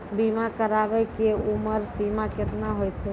बीमा कराबै के उमर सीमा केतना होय छै?